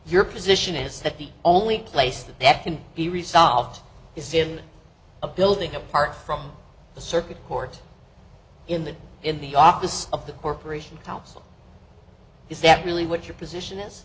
your position is that the only place that that can be resolved is in a building apart from the circuit court in the in the offices of the corporation counsel is that really what your position is